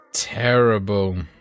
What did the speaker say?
terrible